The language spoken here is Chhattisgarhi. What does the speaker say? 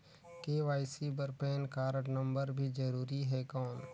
के.वाई.सी बर पैन कारड नम्बर भी जरूरी हे कौन?